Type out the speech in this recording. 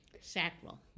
Sacral